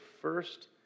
first